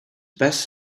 best